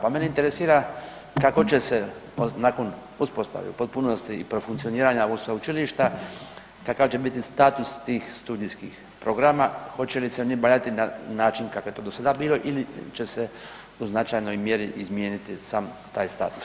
Pa mene interesira kako će se nakon uspostave u potpunosti i profunkcioniranja ovog sveučilišta, kakav će biti status tih studijskih programa, hoće li se oni obavljati na način kako je to do sada bilo ili će se u značajnoj mjeri izmijeniti sam taj status?